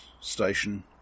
station